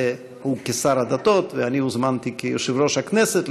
הוא כשר הדתות ואני הוזמנתי כיושב-ראש הכנסת,